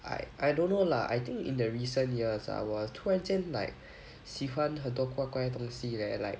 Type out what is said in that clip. I I don't know lah I think in the recent years ah 我突然间 like 喜欢很多怪怪的东西 leh like